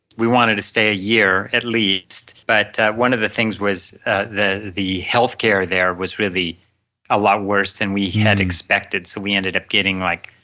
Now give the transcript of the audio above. we wanted to stay a year at least, but one of the things was ah the the healthcare there was really a lot worse than we had expected, so we ended up getting like